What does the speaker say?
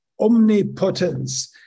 omnipotence